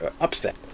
upset